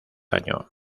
año